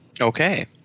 Okay